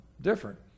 different